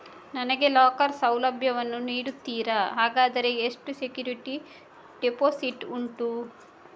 ನನಗೆ ಲಾಕರ್ ಸೌಲಭ್ಯ ವನ್ನು ನೀಡುತ್ತೀರಾ, ಹಾಗಾದರೆ ಎಷ್ಟು ಸೆಕ್ಯೂರಿಟಿ ಡೆಪೋಸಿಟ್ ಉಂಟು?